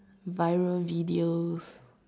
viral videos